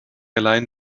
allein